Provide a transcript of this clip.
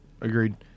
agreed